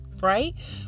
Right